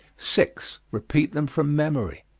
six. repeat them from memory.